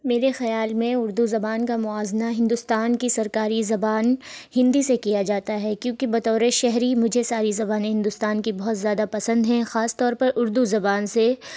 میرے خیال میں اردو زبان کا موازنہ ہندوستان کی سرکاری زبان ہندی سے کیا جاتا ہے کیونکہ بطور شہری مجھے ساری زبانیں ہندوستان کی بہت زیادہ پسند ہیں خاص طور پر اردو زبان سے